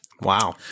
wow